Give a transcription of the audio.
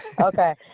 Okay